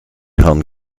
herrn